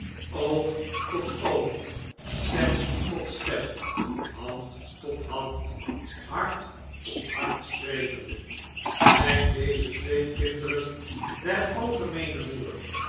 oog tot oog stem tot stem hand tot hand hart tot hart sprekende zjjn deze twee kinderen der algemeene moeder